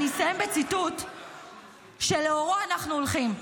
אני אסיים בציטוט שלאורו אנחנו הולכים,